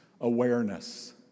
Awareness